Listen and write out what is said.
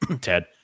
Ted